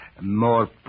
more